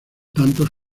tantos